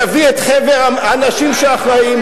יביא את חבר האנשים שאחראים.